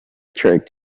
trick